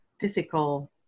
physical